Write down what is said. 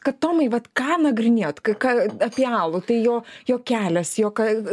kad tomai vat ką nagrinėjot kai ką apie alų tai jo jo kelias jo ka